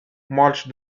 march